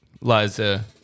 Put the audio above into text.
Liza